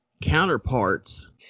Counterparts